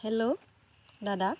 hello দাদা